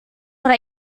what